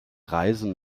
reisen